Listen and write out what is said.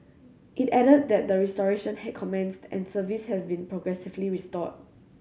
it added that the restoration had commenced and service has been progressively restored